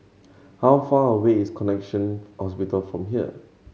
how far away is Connexion Hospital from here